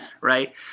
right